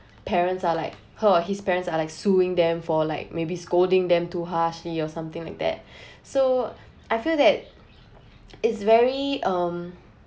parents are like her or his parents are like suing them for like maybe scolding them too harshly or something like that so I feel that is very um